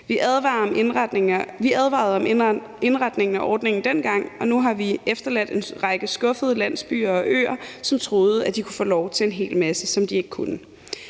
Vi advarede om indretningen af ordningen dengang, og nu har vi efterladt en række skuffede landsbyer og øer, som troede de kunne få lov til en hel masse, som de ikke kunne.